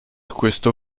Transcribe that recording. questo